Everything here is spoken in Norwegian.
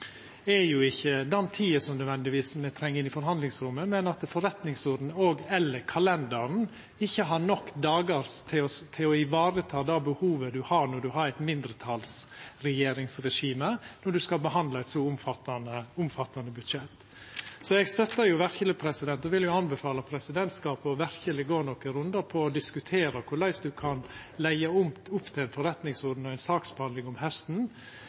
den tida som me nødvendigvis treng i forhandlingsrommet, men forretningsordenen og/eller kalenderen, som ikkje har nok dagar til å vareta det behovet ein har med eit mindretalsregjeringsregime, når ein skal behandla eit så omfattande budsjett. Eg vil verkeleg anbefala presidentskapet å gå nokre rundar og diskutera korleis ein kan leggja opp til ein forretningsorden og ei saksbehandling om